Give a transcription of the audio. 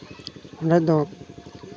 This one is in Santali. ᱚᱞᱮᱫᱚ